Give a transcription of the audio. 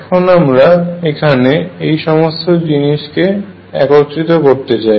এখন আমরা এখানে এই সমস্ত জিনিসকে একত্রিত করতে চাই